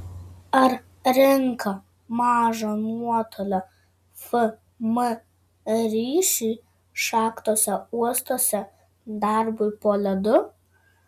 ar rinka mažo nuotolio fm ryšiui šachtose uostuose darbui po ledu